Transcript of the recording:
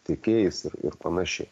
tiekėjais ir ir panašiai